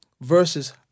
versus